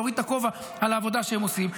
להוריד את הכובע על העבודה שהם עושים,